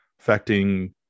affecting